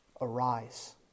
arise